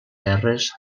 terres